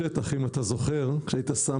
הישראלית.